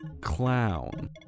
clown